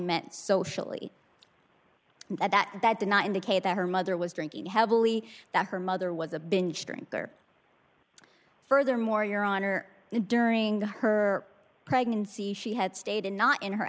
meant socially that that did not indicate that her mother was drinking heavily that her mother was a binge drinker furthermore your honor during her pregnancy she had stated not in her